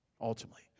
ultimately